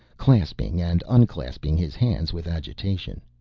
clasping and unclasping his hands with agitation.